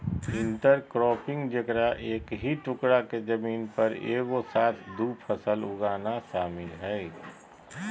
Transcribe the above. intercropping जेकरा एक ही टुकडा के जमीन पर एगो साथ दु फसल उगाना शामिल हइ